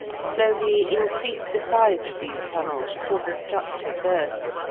slowly increased the size of these tunnels till the structure burst,